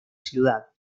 ciudad